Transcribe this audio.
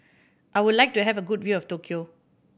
I would like to have a good view of Tokyo